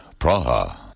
Praha